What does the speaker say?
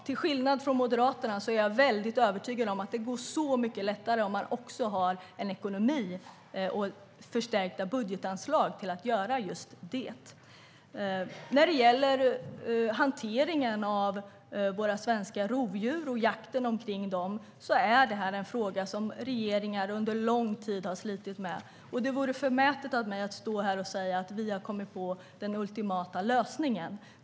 Till skillnad från Moderaterna är jag mycket övertygad om att det går så mycket lättare om man också har en ekonomi och förstärkta budgetanslag för att göra just det. Frågan om hanteringen av våra svenska rovdjur och jakten på dem har regeringar under lång tid slitit med. Det vore därför förmätet av mig att stå här och säga att vi har kommit på den ultimata lösningen.